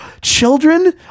children